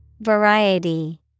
Variety